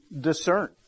discern